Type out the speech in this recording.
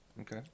Okay